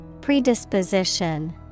Predisposition